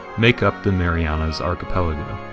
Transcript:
make up the marianas archipelago.